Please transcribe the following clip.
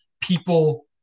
people